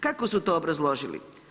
Kako su to obrazložili?